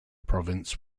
province